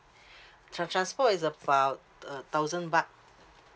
tran~ transport is about a thousand baht